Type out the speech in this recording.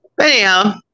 Anyhow